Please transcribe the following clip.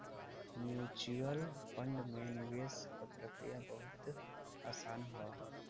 mutual fund में निवेश क प्रक्रिया बहुत आसान हौ